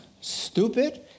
stupid